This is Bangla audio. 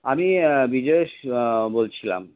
আমি বিজয়েশ বলছিলাম